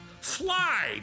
Fly